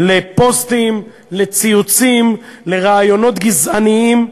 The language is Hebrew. לפוסטים, לציוצים, לרעיונות גזעניים,